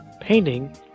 painting